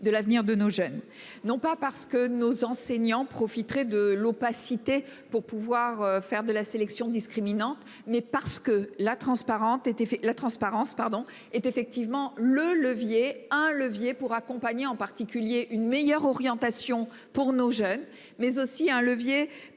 de l'avenir de nos jeunes, non pas parce que nos enseignants profiterait de l'opacité pour pouvoir faire de la sélection discriminante mais parce que la transparence était fait la transparence pardon. Et effectivement le levier un levier pour accompagner en particulier une meilleure orientation pour nos jeunes, mais aussi un levier pour